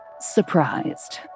surprised